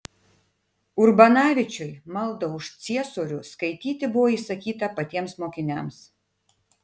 urbanavičiui maldą už ciesorių skaityti buvo įsakyta patiems mokiniams